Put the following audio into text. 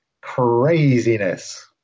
craziness